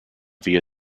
via